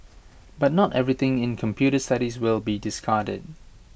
but not everything in computer studies will be discarded